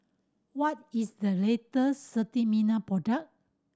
what is the latest Sterimar product